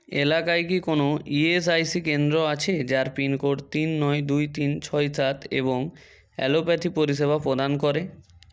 এলাকায় কি কোনো ইএসআইসি কেন্দ্র আছে যার পিন কোড তিন নয় দুই তিন ছয় সাত এবং অ্যালোপ্যাথি পরিষেবা প্রদান করে